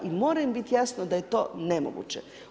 I mora im bit jasno da je to nemoguće.